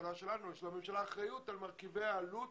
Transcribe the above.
לממשלה שלנו, על מרכיבי העלות